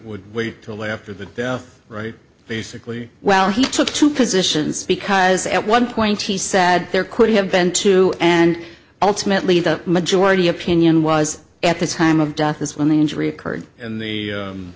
would wait till after the death right basically well he took two positions because at one point he said there could have been two and ultimately the majority opinion was at the time of death is when the injury occurred and the